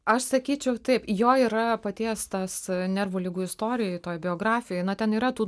aš sakyčiau taip jo yra paties tas nervų ligų istorijoj toj biografijoj na ten yra tų